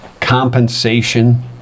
Compensation